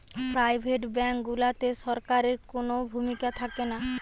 private bank গুলাতে সরকারের কুনো ভূমিকা থাকেনা